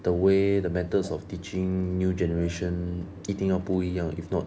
the way the methods of teaching new generation 一定要不一样 if not